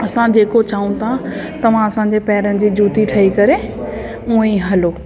असां जेको चऊं था तव्हां असां जे पैरनि जी जूती ठही करे हूंअं ई हलो